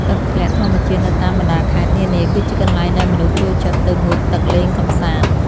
ទឹកធ្លាក់ធម្មជាតិនៅតាមបណ្តាខេត្តនានា គឺជាកន្លែងដែលមនុស្សចូលចិត្តទៅងូតទឹកលេងកម្សាន្ត។